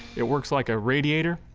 it works like a radiator.